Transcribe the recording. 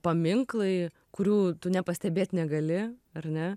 paminklai kurių tu nepastebėt negali ar ne